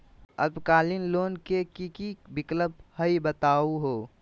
अल्पकालिक लोन के कि कि विक्लप हई बताहु हो?